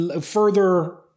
further